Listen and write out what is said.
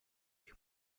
you